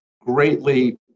greatly